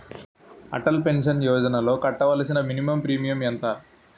Atal pension యోజనలో కట్టవలసిన minimum premium ఎంత?